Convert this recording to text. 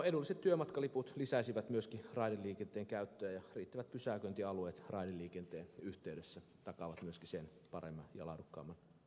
edulliset työmatkaliput lisäisivät myöskin raideliikenteen käyttöä ja riittävät pysäköintialueet raideliikenteen yhteydessä takaavat myöskin sen paremman ja laadukkaamman käytön